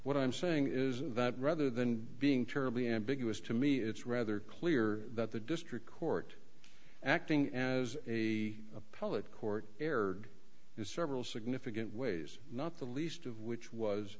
what i'm saying is that rather than being terribly ambiguous to me it's rather clear that the district court acting as a appellate court erred in several significant ways not the least of which was